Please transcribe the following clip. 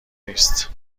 نیست